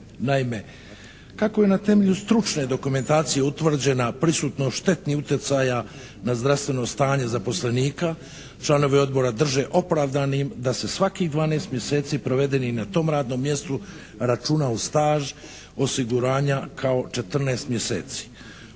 Naime, kako je na temelju stručne dokumentacije utvrđena prisutnost štetnih utjecaja na zdravstveno stanje zaposlenika članovi Odbora drže opravdanim da se svakih 12 mjeseci provedenih na tom radnom mjestu računa u staž osiguranja kao 14 mjeseci.